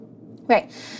Right